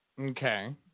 Okay